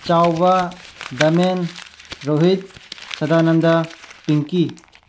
ꯆꯥꯎꯕ ꯗꯃꯦꯟ ꯔꯣꯍꯤꯠ ꯁꯗꯥꯅꯟꯗꯥ ꯄꯤꯡꯀꯤ